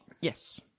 yes